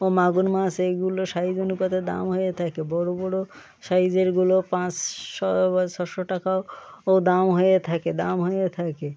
ও মাগুর মাছ এইগুলো সাইজ অনুপাতে দাম হয়ে থাকে বড় বড় সাইজেরগুলো পাঁচশো বা ছশো টাকাও ও দাম হয়ে থাকে দাম হয়ে থাকে